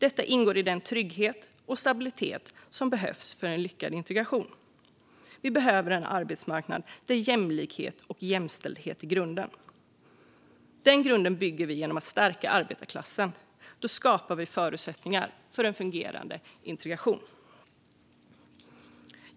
Detta ingår i den trygghet och stabilitet som behövs för en lyckad integration. Vi behöver en arbetsmarknad där jämlikhet och jämställdhet är grunden. Den grunden bygger vi genom att stärka arbetarklassen. Då skapar vi förutsättningar för en fungerande integration.